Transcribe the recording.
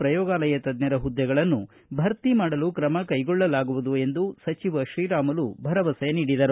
ಪ್ರಯೋಗಾಲಯ ತ್ಯಾರ ಪುದ್ವೆಗಳನ್ನು ಭರ್ತಿ ಮಾಡಲು ತ್ರಮ ಕೈಗೊಳ್ಳಲಾಗುವುದು ಎಂದು ಸಚಿವ ಶ್ರೀರಾಮುಲು ಭರವಸೆ ನೀಡಿದರು